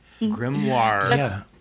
Grimoire